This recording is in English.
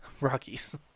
Rockies